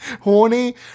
Horny